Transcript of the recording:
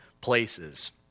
places